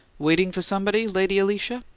waiting for somebody, lady alicia?